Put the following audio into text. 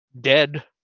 dead